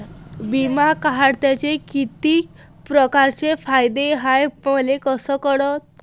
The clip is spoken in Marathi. बिमा काढाचे कितीक परकारचे फायदे हाय मले कस कळन?